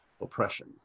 oppression